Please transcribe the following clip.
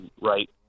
right